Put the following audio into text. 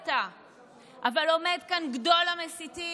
אבל עומד כאן גדול המסיתים,